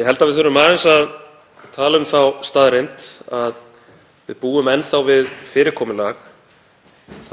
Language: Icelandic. Ég held að við þurfum aðeins að tala um þá staðreynd að við búum enn þá við fyrirkomulag